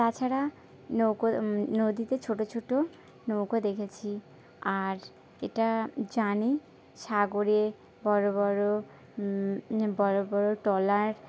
তাছাড়া নৌকো নদীতে ছোট ছোট নৌকো দেখেছি আর এটা জানি সাগরে বড় বড় বড় বড় ট্রলার